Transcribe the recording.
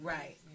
Right